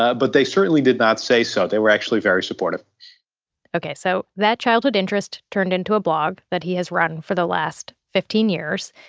ah but they certainly did not say so. they were actually very supportive ok so that childhood interest turned into a blog that he has run for the last fifteen years.